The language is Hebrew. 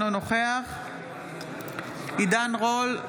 אינו נוכח עידן רול,